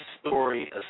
story